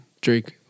drake